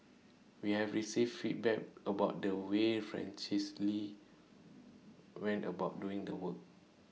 we have received feedback about the way Francis lee went about doing the work